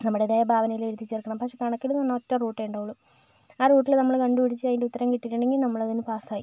നമ്മുടേതായ ഭാവനയിൽ എഴുതി ചേർക്കണം പക്ഷെ കണക്കിൽ എന്ന് പറഞ്ഞാൽ ഒറ്റ റൂട്ടെ ഉണ്ടാവുള്ളു ആ റൂട്ടിൽ നമ്മൾ കണ്ട് പിടിച്ച് അതിൻ്റെ ഉത്തരം കിട്ടിയിട്ടുണ്ടെങ്കിൽ നമ്മൾ അതിന് പാസ്സായി